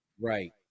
Right